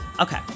Okay